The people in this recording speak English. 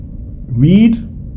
read